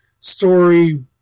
Story